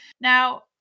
Now